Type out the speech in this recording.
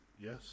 yes